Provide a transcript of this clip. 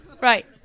right